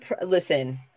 listen